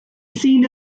seen